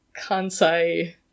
Kansai